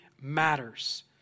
matters